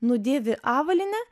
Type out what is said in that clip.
nudėvi avalynę